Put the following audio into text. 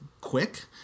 quick